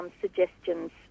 Suggestions